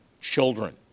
children